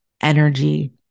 energy